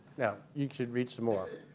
no. you should read some more.